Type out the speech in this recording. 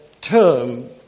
term